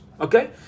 Okay